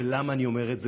ולמה אני אומר גם את זה?